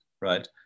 right